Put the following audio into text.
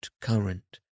current